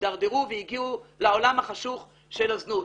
הידרדרו והגיעו לעולם החשוך של הזנות.